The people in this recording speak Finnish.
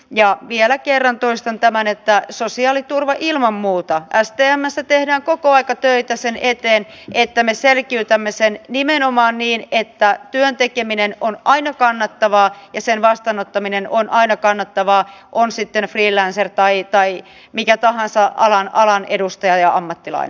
ja vielä kerran toistan tämän että sosiaaliturva ilman muuta stmssä tehdään koko ajan töitä sen eteen että me selkiytämme sen nimenomaan niin että työn tekeminen ja sen vastaanottaminen on aina kannattavaa on sitten freelancer tai mikä tahansa alan edustaja ja ammattilainen